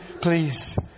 Please